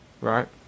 Right